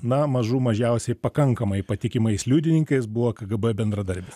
na mažų mažiausiai pakankamai patikimais liudininkais buvo kgb bendradarbis